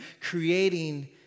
creating